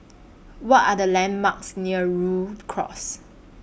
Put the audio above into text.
What Are The landmarks near Rhu Cross